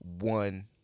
One